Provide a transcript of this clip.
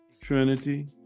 Trinity